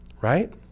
right